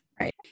Right